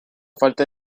falta